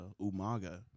Umaga